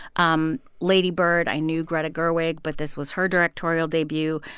um lady bird i knew greta gerwig, but this was her directorial debut.